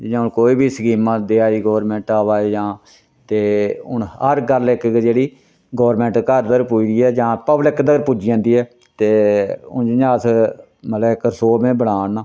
जियां हून कोई बी स्कीमां देआ दी गोरमैंट अवा जां ते हून हर गल्ल इक इक जेह्ड़ी गोरमैंट घर तगर पुजदी ऐ जां पब्लक तगर पुज्जी जंदी ऐ ते हून जियां अस मतलबै इक रसो में बना ना